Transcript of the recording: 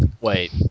Wait